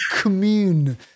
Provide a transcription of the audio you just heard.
commune